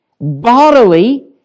bodily